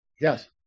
Yes